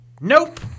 Nope